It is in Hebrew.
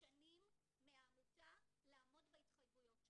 השנים מהעמותה לעמוד בהתחייבויות שלה.